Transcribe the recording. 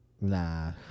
Nah